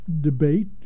debate